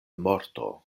morto